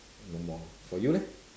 no more for you leh